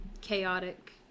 Chaotic